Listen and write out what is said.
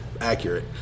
accurate